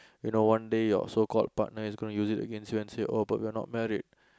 you know one day your so called partner is going to use it against you and say oh but we're not married